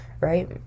right